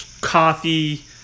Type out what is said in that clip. coffee